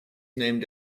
named